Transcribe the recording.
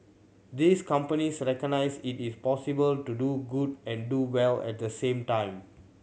these companies recognise it is possible to do good and do well at the same time